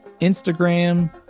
Instagram